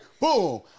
Boom